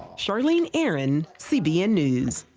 charlene aaron, cbn news.